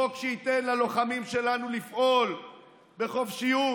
חוק שייתן ללוחמים שלנו לפעול בחופשיות,